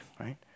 right